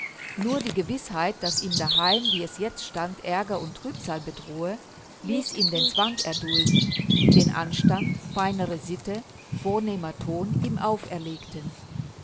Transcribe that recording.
nur die gewißheit daß ihn daheim wie es jetzt stand aerger und trübsal bedrohe ließ ihn den zwang erdulden den anstand feinere sitte vornehmer ton ihm auferlegten